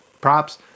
props